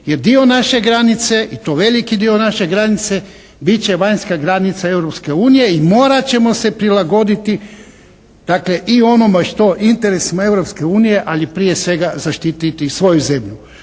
Jer dio naše granice i to veliki dio naše granice bit će vanjska granica Europske unije i morat ćemo se prilagoditi dakle i onome što interesima Europske unije, ali prije svega zaštiti svoju zemlju.